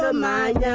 ah my